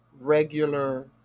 regular